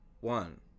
one